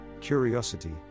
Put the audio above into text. curiosity